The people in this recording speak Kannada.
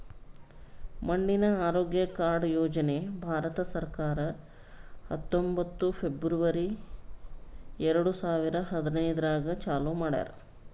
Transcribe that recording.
ಮಣ್ಣಿನ ಆರೋಗ್ಯ ಕಾರ್ಡ್ ಯೋಜನೆ ಭಾರತ ಸರ್ಕಾರ ಹತ್ತೊಂಬತ್ತು ಫೆಬ್ರವರಿ ಎರಡು ಸಾವಿರ ಹದಿನೈದರಾಗ್ ಚಾಲೂ ಮಾಡ್ಯಾರ್